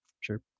sure